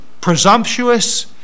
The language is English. presumptuous